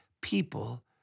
people